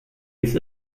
les